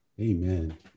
Amen